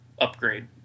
upgrade